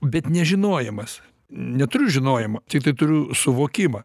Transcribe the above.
bet nežinojimas neturiu žinojimo tiktai turiu suvokimą